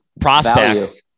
prospects